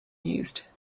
used